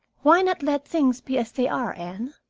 why not let things be as they are, anne?